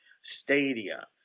Stadia